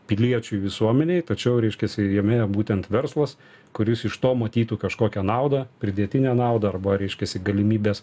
piliečiui visuomenėj tačiau reiškiasi jame būtent verslas kuris iš to matytų kažkokią naudą pridėtinę naudą arba reiškiasi galimybes